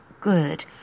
good